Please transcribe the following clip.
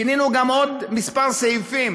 שינינו עוד כמה סעיפים